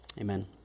Amen